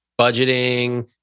budgeting